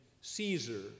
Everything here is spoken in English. Caesar